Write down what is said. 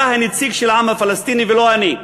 אתה הנציג של העם הפלסטיני ולא אני,